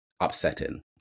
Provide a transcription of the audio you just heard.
upsetting